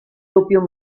doppio